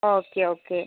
okay okay